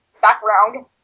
background